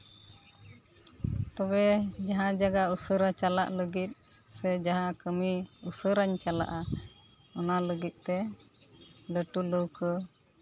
ᱛᱚᱵᱮ ᱡᱟᱦᱟᱸ ᱡᱟᱭᱜᱟ ᱩᱥᱟᱹᱨᱟ ᱪᱟᱞᱟᱜ ᱞᱟᱹᱜᱤᱫ ᱥᱮ ᱡᱟᱦᱟᱸ ᱠᱟᱹᱢᱤ ᱩᱥᱟᱹᱨᱟᱧ ᱪᱟᱞᱟᱜᱼᱟ ᱚᱱᱟ ᱞᱟᱹᱜᱤᱫ ᱛᱮ ᱞᱟᱹᱴᱩ ᱞᱟᱹᱣᱠᱟᱹ